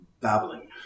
babbling